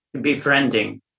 befriending